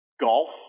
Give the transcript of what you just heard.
golf